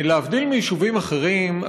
להבדיל מיישובים אחרים,